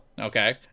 Okay